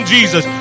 Jesus